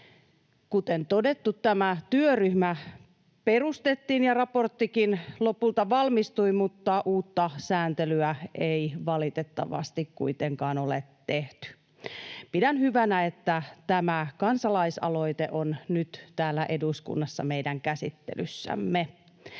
Kuten todettu, tämä työryhmä perustettiin ja raporttikin lopulta valmistui, mutta uutta sääntelyä ei valitettavasti kuitenkaan ole tehty. Pidän hyvänä, että tämä kansalaisaloite on nyt täällä eduskunnassa meidän käsittelyssämme.